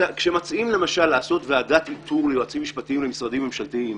כשמציעים למשל לעשות ועדת איתור ליועצים משפטיים למשרדים ממשלתיים